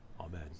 amen